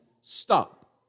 stop